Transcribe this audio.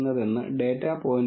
എന്നിട്ട് പ്രോബ്ളം പരിഹരിക്കുക